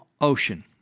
ocean